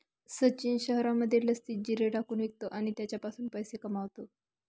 सचिन शहरामध्ये लस्सीत जिरे टाकून विकतो आणि त्याच्यापासून पैसे कमावतो